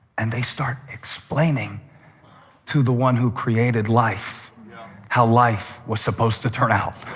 and they start explaining to the one who created life how life was supposed to turn out.